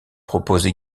proposent